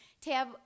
tab